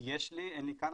יש לי, אין לי כאן.